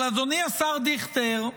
אבל אדוני השר דיכטר,